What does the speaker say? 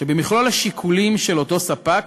שבמכלול השיקולים של אותו ספק,